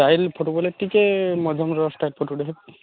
style photo ବଲେ ଟିକେ photo